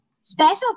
Special